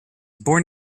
born